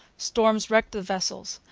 storms wrecked the vessels.